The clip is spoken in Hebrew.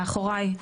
מאחוריי,